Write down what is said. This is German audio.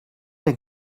der